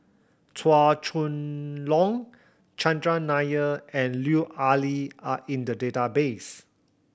Chua Chong Long Chandran Nair and Lut Ali are in the database